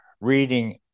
reading